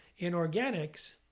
in organics,